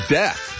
death